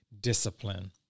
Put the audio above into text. discipline